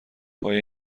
پای